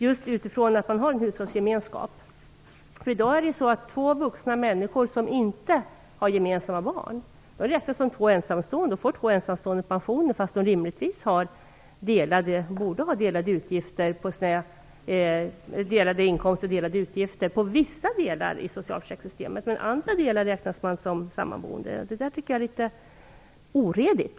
Inom vissa delar av socialförsäkringssystemet räknas i dag två vuxna människor som inte har gemensamma barn som två ensamstående och får två pensioner för ensamstående fast de rimligtvis borde ha delade inkomster och delade utgifter. Men inom andra delar av systemet räknas man som sammanboende. Det där tycker jag är litet oredigt.